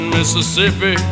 Mississippi